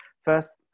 First